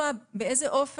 לא כן או לא,